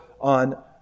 on